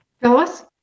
Phyllis